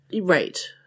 Right